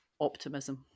optimism